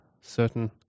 certain